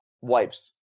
wipes